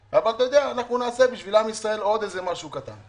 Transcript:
אבל נעשה בשביל עם ישראל עוד משהו קטן.